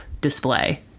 display